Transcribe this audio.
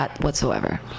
whatsoever